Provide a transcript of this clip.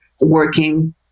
working